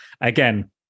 Again